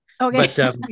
okay